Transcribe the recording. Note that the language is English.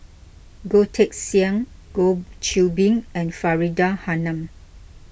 Goh Teck Sian Goh Qiu Bin and Faridah Hanum